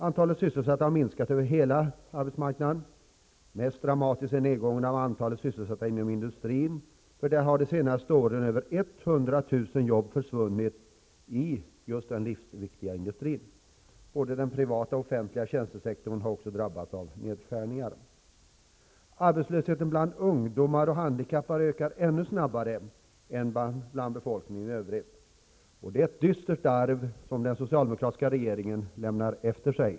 Antalet sysselsatta har minskat över hela arbetsmarknaden. Mest dramastisk är nedgången av antalet sysselsatta inom industrin. Under de senaste åren har över 100 000 jobb försvunnit i just den livsviktiga industrin. Både den privata och offentliga tjänstesektorn har också drabbats av nedskärningar. Arbetslösheten bland ungdomar och handikappade ökar ännu snabbare än bland befolkningen i övrigt. Det är ett dystert arv som den socialdemokratika regeringen lämnar efter sig.